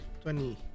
twenty